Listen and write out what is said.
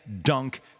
dunk